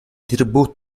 tribù